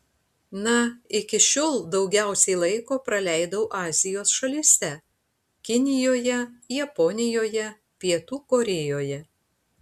na iki šiol daugiausiai laiko praleidau azijos šalyse kinijoje japonijoje pietų korėjoje